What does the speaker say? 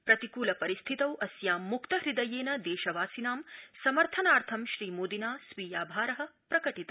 प्रतिकूल परिस्थितौ अस्यां मुक्त हृदयेन देशवासिनां समर्थनार्थं श्रीमोदिना स्वीयाभार प्रकटित